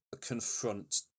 confront